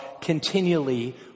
continually